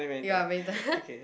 ya